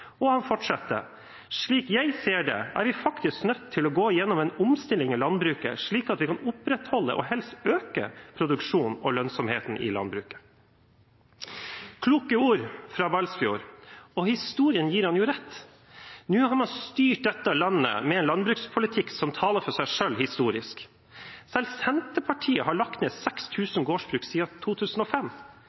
Og han fortsetter: «Slik jeg ser det, er vi faktisk nødt til å gå gjennom en omstilling i landbruket, skal vi opprettholde og helst øke produksjonen og lønnsomheten i jordbruket.» – Kloke ord fra Balsfjord. Og historien gir ham jo rett. Nå har man styrt dette landet med en landbrukspolitikk som taler for seg, historisk. Selv Senterpartiet har lagt ned 6 000 gårdsbruk siden 2005.